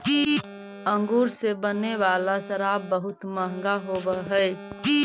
अंगूर से बने वाला शराब बहुत मँहगा होवऽ हइ